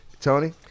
Tony